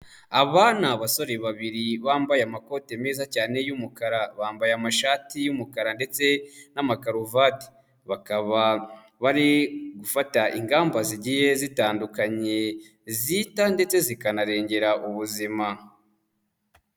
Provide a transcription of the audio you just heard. Aba ni abasore babiri bambaye amakoti meza cyane y'umukara, bambaye amashati y'umukara ndetse n'amakaruvati, bakaba bari gufata ingamba zigiye zitandukanye zita ndetse zikanarengera ubuzima.